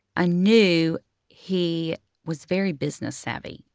ah knew he was very business-savvy.